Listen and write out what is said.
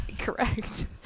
correct